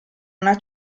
una